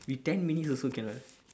we ten minutes also cannot eh